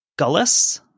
Gullis